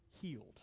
healed